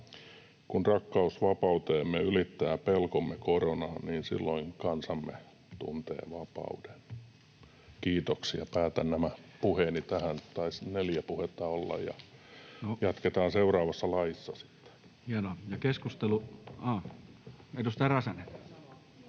”Kun rakkaus vapauteemme ylittää pelkomme koronaan, niin silloin kansamme tuntee vapauden.” Kiitoksia — päätän nämä puheeni tähän. Taisi neljä puhetta olla, ja jatketaan seuraavassa laissa sitten. Hienoa. — Edustaja Räsänen.